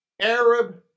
Arab